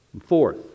Fourth